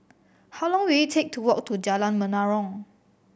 how long will it take to walk to Jalan Menarong